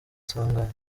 sanganya